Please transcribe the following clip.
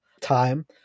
time